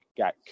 got